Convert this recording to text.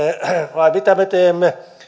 vai mitä me teemme